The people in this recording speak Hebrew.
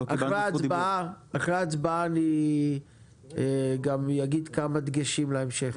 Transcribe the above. אחרי ההצבעה אני גם אגיד כמה דגשים להמשך.